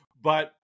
but-